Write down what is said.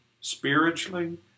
Spiritually